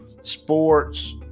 sports